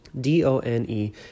D-O-N-E